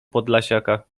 podlasiaka